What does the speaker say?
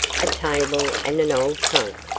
a table and an old trunk.